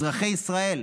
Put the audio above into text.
אזרחי ישראל,